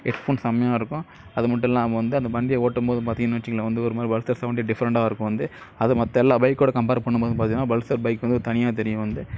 செமையாக இருக்கும் அது மட்டும் இல்லாமல் வந்து இந்த வண்டியை ஓட்டும் போது பார்த்தீங்கன்னு வச்சிங்களன் வந்து ஒரு மாதிரி பல்சர் சவுண்டு டிஃபரெண்டாக இருக்கும் வந்து அது மற்ற எல்லாம் பைக்கோடு கம்பேர் பண்ணும் போது பார்த்தீங்கனா பல்சர் பைக் வந்து தனியாக தெரியும் வந்து